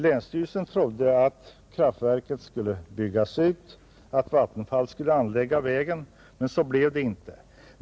Länsstyrelsen trodde nämligen att kraftverket skulle byggas ut och att Vattenfall skulle anlägga vägen, Så blev det inte.